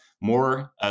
More